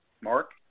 Mark